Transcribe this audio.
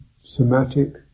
somatic